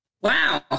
Wow